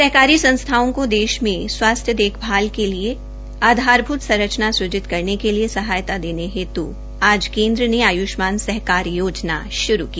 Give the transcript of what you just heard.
सहकारी संसथाओं को देश में स्वास्थ्य देखभाल के लिए आधारभूत संरचना सुजित करने के लिए सहायता देने हेतु आज केन्द्र ने आयुष्मान सहकार योजना श्रू की